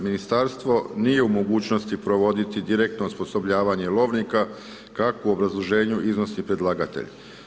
Ministarstvo nije u mogućnosti provoditi direktno osposobljavanje lovnika, kako u obrazloženju iznosi predlagatelj.